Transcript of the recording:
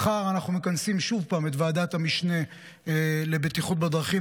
מחר אנחנו מכנסים שוב פעם את ועדת המשנה לבטיחות בדרכים,